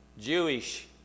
Jewish